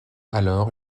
alors